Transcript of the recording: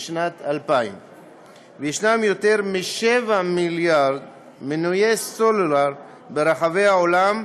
בשנת 2000. יש למעלה מ-7 מיליארד מנויי סלולר ברחבי העולם,